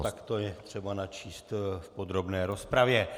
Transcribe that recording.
... tak to je třeba načíst v podrobné rozpravě.